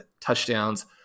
touchdowns